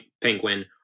Penguin